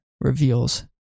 reveals